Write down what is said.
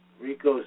RICO